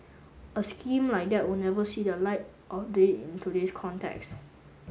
a scheme like that would never see the light of day in today's context